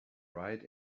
right